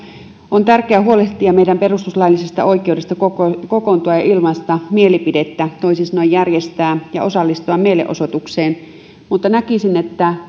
on tärkeää huolehtia meidän perustuslaillisesta oikeudesta kokoontua kokoontua ja ilmaista mielipidettä toisin sanoen järjestää ja osallistua mielenosoitukseen mutta näkisin että